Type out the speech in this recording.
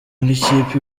n’ikipe